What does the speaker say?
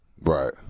right